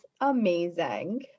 amazing